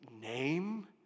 name